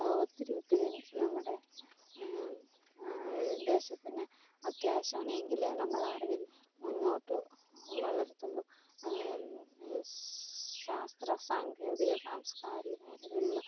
ഒത്തിരി ഒത്തിരിയും നമ്മുടെ ദേശത്തിന് അത്യാവശ്യമാണ് എങ്കിലെ നമ്മളറിവിൽ മുന്നോട്ട് വളരത്തുള്ളു സ് ശാസ്ത്ര സാങ്കേതിക സാംസ്കാരിക മേഖലയിലുള്ള